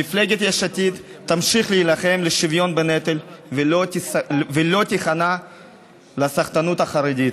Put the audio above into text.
מפלגת יש עתיד תמשיך להילחם לשוויון בנטל ולא תיכנע לסחטנות החרדית.